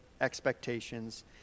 expectations